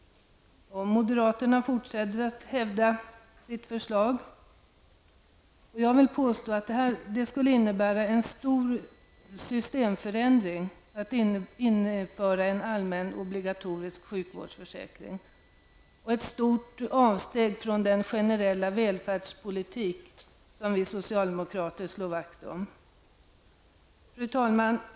Men moderaterna fortsätter att hävda sitt förslag. Jag vill påstå att det skulle innebära en stor systemförändring att införa en allmän obligatorisk sjukvårdsförsäkring och ett stort avsteg från den generella välfärdspolitik som vi socialdemokrater slår vakt om. Fru talman!